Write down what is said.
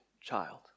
child